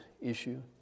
issue